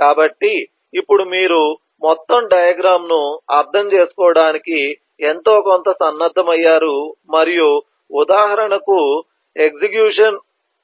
కాబట్టి ఇప్పుడు మీరు మొత్తం డయాగ్రమ్ ను అర్థం చేసుకోవడానికి ఎంతో కొంత సన్నద్ధమయ్యారు మరియు ఉదాహరణకు ఎగ్జిక్యూషన్